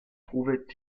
trouvaient